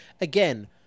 Again